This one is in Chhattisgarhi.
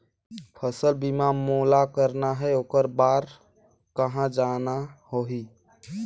फसल बीमा मोला करना हे ओकर बार कहा जाना होही?